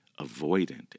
avoidant